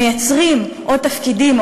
מייצרים עוד תפקידים,